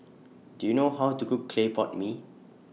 Do YOU know How to Cook Clay Pot Mee